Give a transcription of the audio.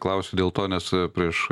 klausiu dėl to nes prieš